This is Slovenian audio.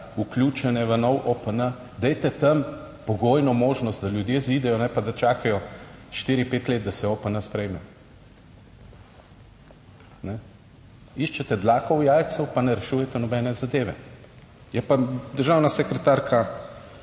vključene v nov OPN, dajte tam pogojno možnost, da ljudje izidejo, ne pa da čakajo štiri, pet let, da se OPN sprejme. Iščete dlako v jajcu pa ne rešujete nobene zadeve, je pa državna sekretarka